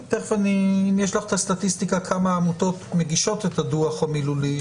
אם יש לך את הסטטיסטיקה כמה העמותות מגישות את הדוח המילולי,